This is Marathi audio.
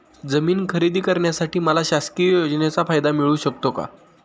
जमीन खरेदी करण्यासाठी मला शासकीय योजनेचा फायदा मिळू शकतो का?